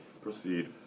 proceed